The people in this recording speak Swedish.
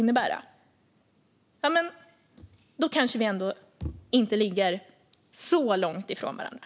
Om detta är en öppning för att reformera systemet kanske vi ändå inte står så långt ifrån varandra.